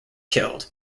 killed